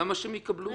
למה שהם יקבלו?